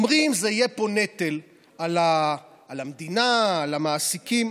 אומרים שיהיה פה נטל על המדינה, על המעסיקים.